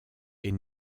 est